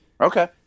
okay